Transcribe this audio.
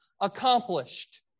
accomplished